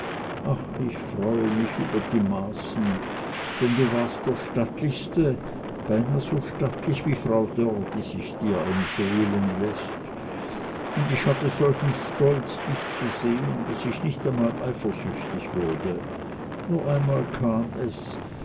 ach ich freute mich über die maßen denn du warst der stattlichste beinah so stattlich wie frau dörr die sich dir emphelen läßt und ich hatte solchen stolz dich zu sehn daß ich nicht einmal eifersüchtig wurde nur einmal kam es